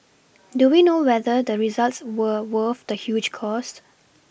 do we know whether the results were worth the huge cost